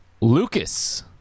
Lucas